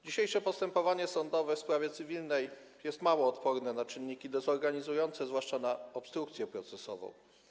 Dzisiejsze postępowanie sądowe w sprawie cywilnej jest mało odporne na czynniki dezorganizujące, zwłaszcza na obstrukcję procesową.